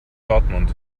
dortmund